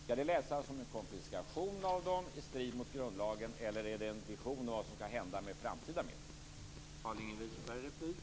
Skall det läsas som en konfiskation av dem i strid mot grundlagen, eller är det en vision om vad som skall hända med framtida medel?